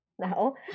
No